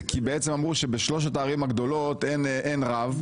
היה מכיוון שבשלוש הערים הגדולות אין רב,